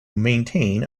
maintain